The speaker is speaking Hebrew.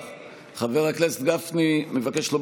חברת הכנסת בראשי, קשה מאוד לדבר